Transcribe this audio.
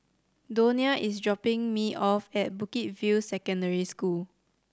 Donia is dropping me off at Bukit View Secondary School